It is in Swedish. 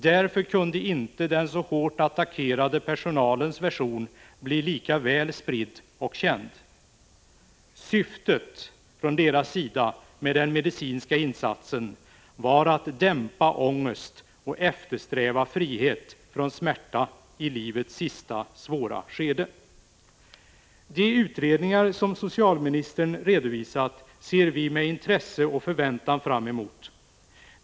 Därför kunde inte den så hårt attackerade personalens version bli lika väl spridd och känd. Syftet från personalens sida med den medicinska insatsen var att dämpa ångest och eftersträva frihet från smärta i livets sista, svåra skede. De utredningar som socialministern redovisat ser vi med intresse och förväntan fram emot.